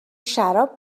شراب